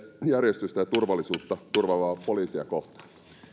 järjestystä ja turvallisuutta turvaavaa poliisia kohtaan